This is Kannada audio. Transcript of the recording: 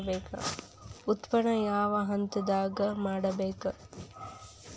ಉತ್ಪನ್ನ ಯಾವ ಹಂತದಾಗ ಮಾಡ್ಬೇಕ್?